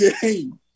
game